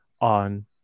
on